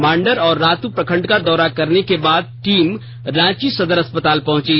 मांडर और रातू प्रखंड का दौरा करने के बाद टीम रांची सदर अस्पताल पहुंची